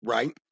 Right